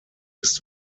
ist